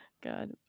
god